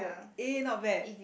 eh not bad